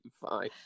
fine